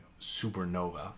supernova